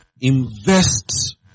invest